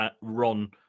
ron